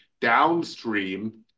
downstream